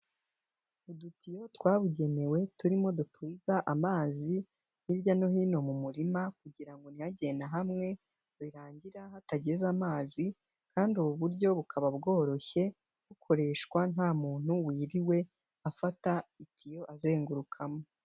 Udutiyo twabugenewe turimo dutuza amazi hirya no hino mu murima kugira ngo ntihagire nta hamwe birangira hatageze amazi, kandi ubu buryo bukaba bworoshye bukoreshwa nta muntu wiriwe afata itiyo azengurukamo.